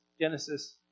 Genesis